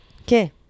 Okay